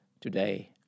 today